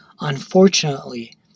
unfortunately